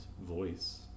voice